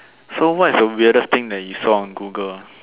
so what's the weirdest thing that you saw on Google